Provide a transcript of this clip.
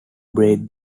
break